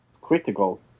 critical